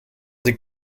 les